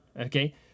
Okay